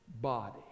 body